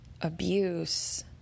abuse